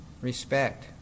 respect